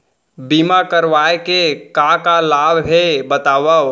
बीमा करवाय के का का लाभ हे बतावव?